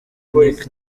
nic